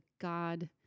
God